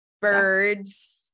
birds